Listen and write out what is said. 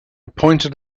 pointed